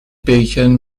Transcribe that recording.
بیکن